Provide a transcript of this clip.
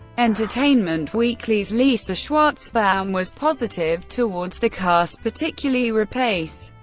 entertainment weeklys lisa schwarzbaum was positive towards the cast, particularly rapace,